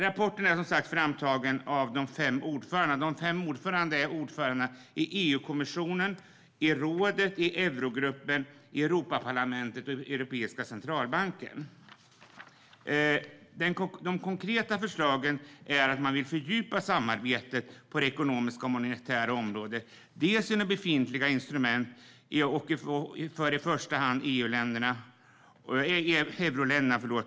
Rapporten är som sagt framtagen av de fem ordförandena i EU-kommissionen, rådet, eurogruppen, Europaparlamentet och Europeiska centralbanken. De konkreta förslagen är att fördjupa samarbetet på det ekonomiska och monetära området genom befintliga instrument för i första hand euroländerna.